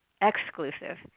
exclusive